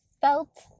felt